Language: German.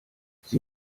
sie